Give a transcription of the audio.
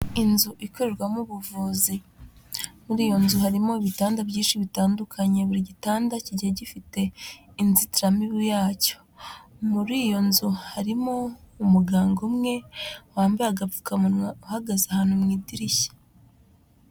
Inzu ikorerwamo ubuvuzi muri iyo nzu harimo ibiganda byinshi bitandukanye, buri gitanda kigiye gifite inzitiramibu yacyo, muri iyo nzu harimo umuganga umwe wambaye agapfukamunwa uhagaze ahantu mu idirishya.